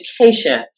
education